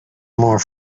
more